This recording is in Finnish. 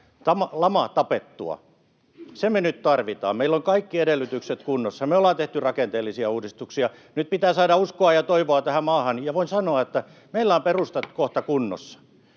lama tapettua. Se me nyt tarvitaan. Meillä on kaikki edellytykset kunnossa. Me ollaan tehty rakenteellisia uudistuksia. Nyt pitää saada uskoa ja toivoa tähän maahan, ja voin sanoa, että meillä on perustat kohta kunnossa.